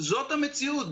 זאת המציאות.